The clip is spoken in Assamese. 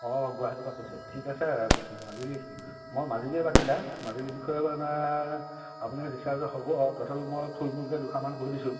অঁ গুৱাহাটীৰ পৰা কৈছে ঠিক আছে মাজুলী মই মাজুলীৰে বাসিন্দা মাজুলীৰ বিষয়ে মানে আপোনাৰ ৰিছাৰ্জৰ হ'ব তথাপিও থুলমূলকৈ মই দুআষাৰমান কৈ দিছোঁ